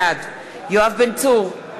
בעד יואב בן צור,